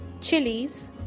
chilies